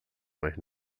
mas